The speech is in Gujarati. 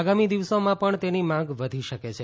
આગામી દિવસોમાં પણ તેની માંગ વધી શકે છે